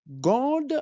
God